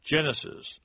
Genesis